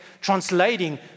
translating